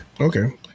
Okay